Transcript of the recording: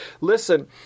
Listen